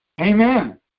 Amen